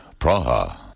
Praha